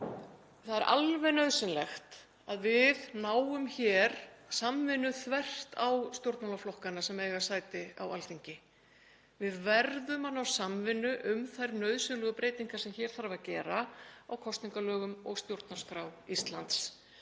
Það er alveg nauðsynlegt að við náum hér samvinnu þvert á stjórnmálaflokkana sem eiga sæti á Alþingi. Við verðum að ná samvinnu um þær nauðsynlegu breytingar sem hér þarf að gera á kosningalögum og stjórnarskrá Íslands.